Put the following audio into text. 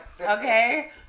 Okay